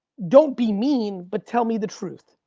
don't be mean, but tell me the truth,